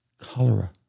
cholera